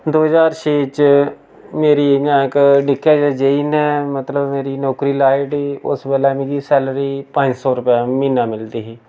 दो हजार छे च मेरी इ'यां इक निक्के जेह् जे ई ने मतलब मेरी नौकरी लाई ओड़ी उस बेल्लै मिकी सैल्लरी पंज सौ रपेआ म्हीना मिलदी ही